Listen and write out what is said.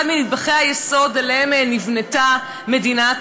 אחד מנדבכי היסוד שעליהם נבנתה מדינת